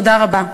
תודה רבה.